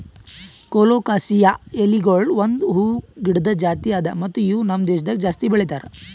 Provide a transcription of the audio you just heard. colocasia ಎಲಿಗೊಳ್ ಒಂದ್ ಹೂವು ಗಿಡದ್ ಜಾತಿ ಅದಾ ಮತ್ತ ಇವು ನಮ್ ದೇಶದಾಗ್ ಜಾಸ್ತಿ ಬೆಳೀತಾರ್